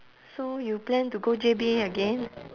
so you plan to go J_B again